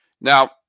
Now